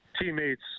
teammates